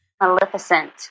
Maleficent